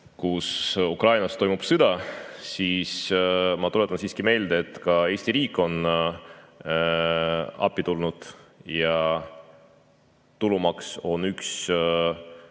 kus Ukrainas toimub sõda, siis ma tuletan siiski meelde, et ka Eesti riik on appi tulnud. Ja tulumaks on üks